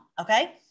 Okay